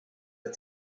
las